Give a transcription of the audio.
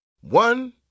one